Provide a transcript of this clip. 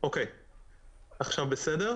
בשנים האחרונות